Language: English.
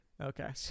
Okay